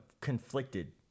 conflicted